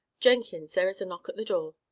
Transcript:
jenkins, there is a knock at the door.